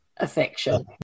affection